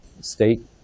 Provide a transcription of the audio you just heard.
state